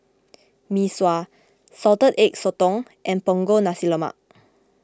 Mee Sua Salted Egg Sotong and Punggol Nasi Lemak